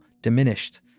diminished